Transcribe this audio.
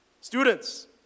Students